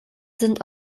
sind